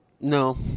No